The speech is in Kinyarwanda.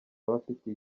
abafitiye